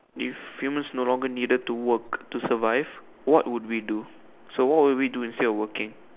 if humans no longer need to work to survive what would we do so what would we do instead of working